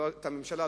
את הממשלה,